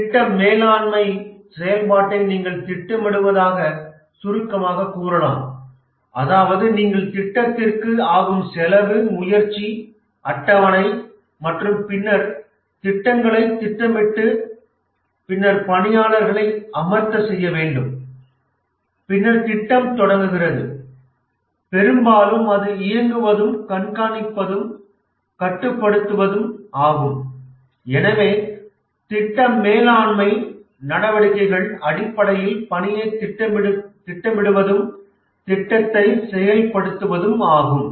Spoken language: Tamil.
திட்ட மேலாண்மை செயல்பாட்டை நீங்கள் திட்டமிடுவதாக சுருக்கமாகக் கூறலாம் அதாவது நீங்கள் திட்டத்திற்கு ஆகும் செலவு முயற்சி அட்டவணை மற்றும் பின்னர் திட்டங்களைத் திட்டமிட்டு பின்னர் பணியாளர்களைச் அமர்த்த செய்ய வேண்டும் பின்னர் திட்டம் தொடங்குகிறது பெரும்பாலும் அது இயக்குவதும் கண்காணிப்பதும் கட்டுப்படுத்துவதும் ஆகும்எனவே திட்ட மேலாண்மை நடவடிக்கைகள் அடிப்படையில் பணியைத் திட்டமிடுவதும் திட்டத்தை செயல்படுத்துவதும் ஆகும்